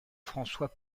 françois